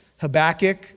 Habakkuk